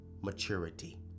maturity